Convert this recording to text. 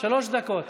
שלוש דקות.